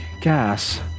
gas